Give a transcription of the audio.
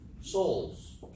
Souls